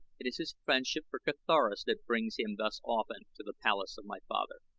it is his friendship for carthoris that brings him thus often to the palace of my father.